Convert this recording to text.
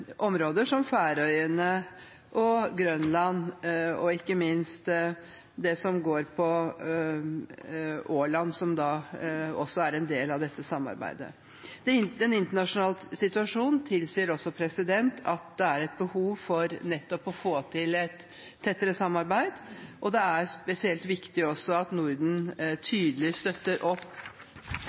områder, som Færøyene, Grønland og ikke minst Åland, som også er en del av dette samarbeidet. Den internasjonale situasjonen tilsier at det er et behov for nettopp å få til et tettere samarbeid. Det er spesielt viktig at Norden tydelig støtter opp